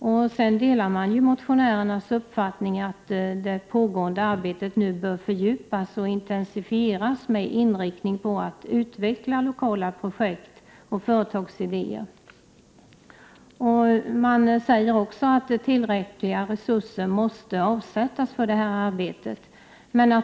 Man säger också att: ”Utskottet delar motionärernas uppfattning att det pågående arbetet nu bör fördjupas och intensifieras med inriktning på att utveckla lokala projektoch företagsidéer. Det är utskottets mening att tillräckliga resurser måste avsättas för detta arbete.